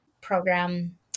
program